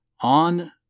on